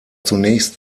zunächst